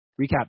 recap